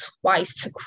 twice